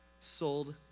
sold